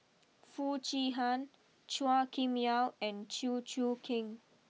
Foo Chee Han Chua Kim Yeow and Chew Choo Keng